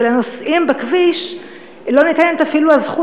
ולנוסעים בכביש לא ניתנת אפילו הזכות